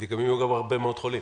וגם יהיו הרבה מאוד חולים.